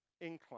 incline